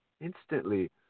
instantly